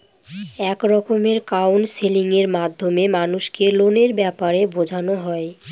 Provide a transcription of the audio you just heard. এক রকমের কাউন্সেলিং এর মাধ্যমে মানুষকে লোনের ব্যাপারে বোঝানো হয়